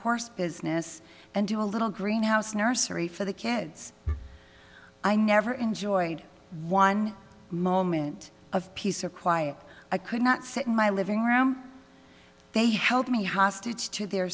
horse business and do a little greenhouse nursery for the kids i never enjoyed one moment of peace or quiet i could not sit in my living room they held me hostage to their